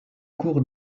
cours